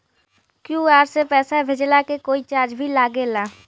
QR से पैसा भेजला के कोई चार्ज भी लागेला?